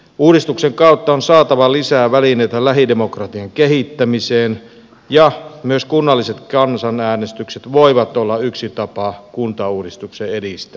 uudistuksen kautta on saatava lisää välineitä lähidemokratian kehittämiseen ja myös kunnalliset kansanäänestykset voivat olla yksi tapa kuntauudistuksen edistämiseksi